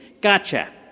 Gotcha